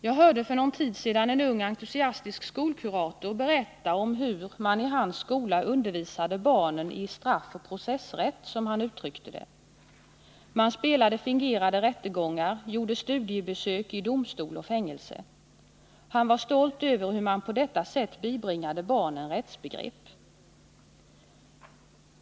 Jag hörde för någon tid sedan en ung, entusiastisk skolkurator berätta om hur man i hans skola undervisade barnen i straffoch processrätt, som han uttryckte det. Man spelade fingerade rättegångar, gjorde studiebesök i domstol och fängelse. Han var stolt över hur man på detta sätt bibringade barnen rättsbegrepp.